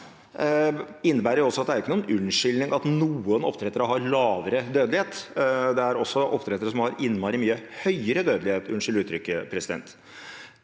Det innebærer at det ikke er noen unnskyldning at noen oppdrettere har lavere dødelighet, for det er også oppdrettere som har innmari mye høyere dødelighet – unnskyld uttrykket, president.